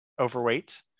overweight